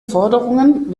forderungen